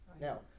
Now